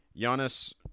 Giannis